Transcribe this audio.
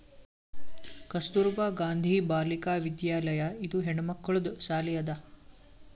ಕಸ್ತೂರ್ಬಾ ಗಾಂಧಿ ಬಾಲಿಕಾ ವಿದ್ಯಾಲಯ ಇದು ಹೆಣ್ಮಕ್ಕಳದು ಸಾಲಿ ಅದಾ